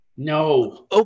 No